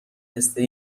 پسته